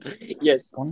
Yes